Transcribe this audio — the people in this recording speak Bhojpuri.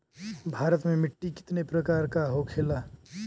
भारत में मिट्टी कितने प्रकार का होखे ला?